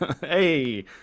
Hey